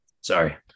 Sorry